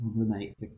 overnight